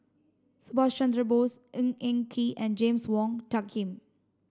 Subhas Chandra Bose Ng Eng Kee and James Wong Tuck Yim